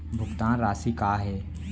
भुगतान राशि का हे?